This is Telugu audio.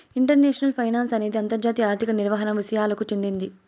ఇంటర్నేషనల్ ఫైనాన్సు అనేది అంతర్జాతీయ ఆర్థిక నిర్వహణ విసయాలకు చెందింది